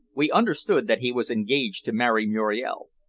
we understood that he was engaged to marry muriel.